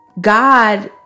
God